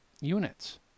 units